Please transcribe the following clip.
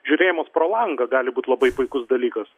žiūrėjimas pro langą gali būt labai puikus dalykas